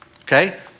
Okay